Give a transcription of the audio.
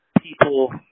People